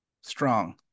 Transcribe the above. Strong